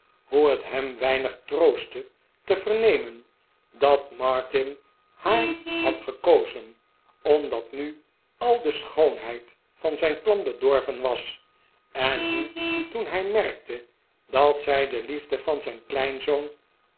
hoe het hem weinig troostte te vernemen dat martin haar had gekozen omdat nu al de schoonheid van zijn plan bedorven was en hoe toen hij merkte dat zij de liefde van zijn